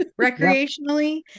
recreationally